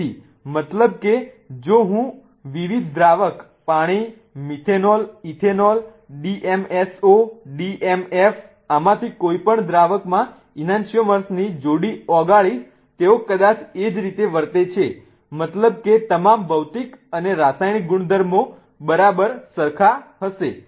તેથી મતલબ કે જો હું વિવિધ દ્રાવક પાણી મિથેનોલ ઇથેનોલ DMSO DMF આમાંથી કોઈપણ દ્રાવકમાં ઈનાન્સિઓમર્સની જોડી ઓગાળીશ તેઓ કદાચ એ જ રીતે વર્તે છે મતલબ કે તમામ ભૌતિક અને રાસાયણિક ગુણધર્મો બરાબર સરખા હશે